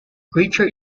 creature